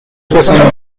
soixante